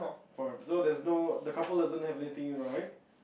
foreign so there's no the couple doesn't have anything right